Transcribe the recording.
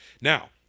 Now